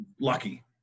lucky